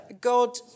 God